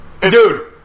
Dude